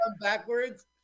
backwards